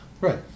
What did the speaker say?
right